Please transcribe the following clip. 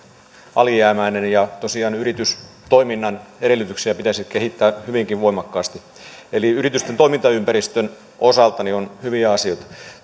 alijäämäinen ja tosiaan yritystoiminnan edellytyksiä pitäisi kehittää hyvinkin voimakkaasti eli yritysten toimintaympäristön osalta on hyviä asioita